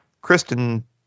Kristen